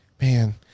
Man